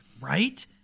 Right